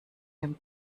dem